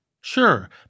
Sure